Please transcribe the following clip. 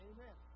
Amen